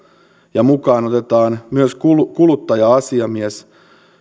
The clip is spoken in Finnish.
ja mukaan otetaan myös kuluttaja asiamies